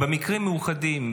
במקרים מיוחדים,